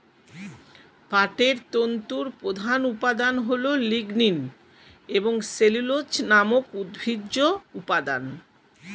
পাটের তন্তুর প্রধান উপাদান হল লিগনিন এবং সেলুলোজ নামক উদ্ভিজ্জ উপাদান